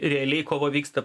realiai kova vyksta